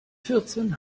vierzehn